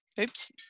Oops